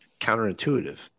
counterintuitive